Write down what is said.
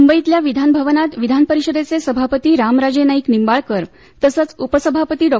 मुंबईतल्या विधानभवनात विधानपरिषदेचे सभापती रामराजे नाईक निंबाळकर तसंच उपसभापतीडॉ